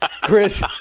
Chris